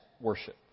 worship